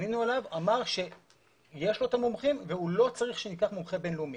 אמר שיש לו את המומחים והוא לא צריך שניקח מומחה בין לאומי.